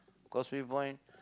Causeway-Point